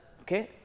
Okay